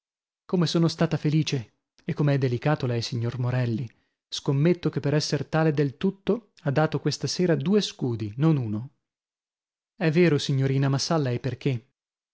come sono stata felice e come è delicato lei signor morelli scommetto che per esser tale del tutto ha dato questa sera due scudi non uno è vero signorina ma sa lei perchè